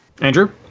Andrew